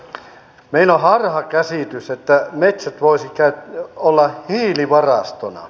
meillä on harhakäsitys että metsät voisivat olla hiilivarastona